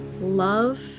love